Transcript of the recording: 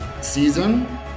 season